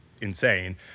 insane